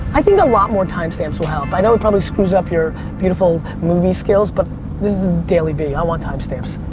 i think a lot more time stamps will help. i know it probably screws up your beautiful movie skills but this is the dailyvee, i want time stamps.